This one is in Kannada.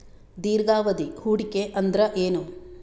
ದೀರ್ಘಾವಧಿ ಹೂಡಿಕೆ ಅಂದ್ರ ಏನು?